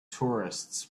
tourists